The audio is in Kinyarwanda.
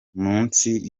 munsi